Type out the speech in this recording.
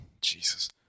Jesus